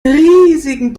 riesigen